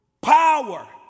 Power